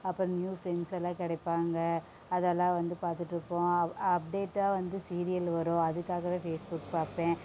அப்புறம் நியூ ஃப்ரெண்ட்ஸெல்லாம் கிடைப்பாங்க அதெல்லாம் வந்து பார்த்துட்டு இருப்போம் அப்டேட்டாக வந்து சீரியல் வரும் அதுக்காகவே ஃபேஸ்புக் பார்ப்பேன்